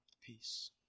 Peace